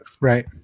Right